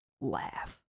laugh